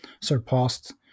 surpassed